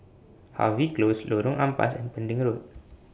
Harvey Close Lorong Ampas and Pending Road